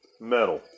metal